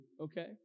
okay